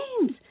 names